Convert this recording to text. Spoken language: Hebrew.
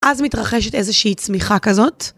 אז מתרחשת איזושהי צמיחה כזאת.